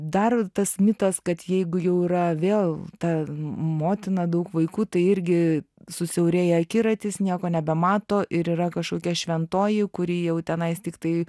dar tas mitas kad jeigu jau yra vėl ta motina daug vaikų tai irgi susiaurėja akiratis nieko nebemato ir yra kažkokia šventoji kuri jau tenais tiktai